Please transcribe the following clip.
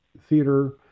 theater